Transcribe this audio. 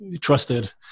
trusted